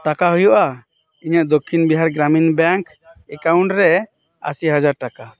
ᱴᱟᱠᱟ ᱦᱩᱭᱩᱜᱼᱟ ᱤᱧᱟᱹᱜ ᱫᱚᱠᱠᱷᱤᱱ ᱵᱤᱦᱟᱨᱤ ᱜᱽᱨᱟᱢᱤᱱ ᱵᱮᱝᱠ ᱮᱠᱟᱣᱩᱱᱰᱨᱮ ᱟᱥᱤᱦᱟᱡᱟᱨ ᱴᱟᱠᱟ